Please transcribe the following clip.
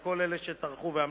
לכל אלה שטרחו ועמלו.